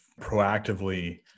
proactively